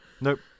Nope